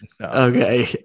Okay